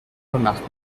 remarque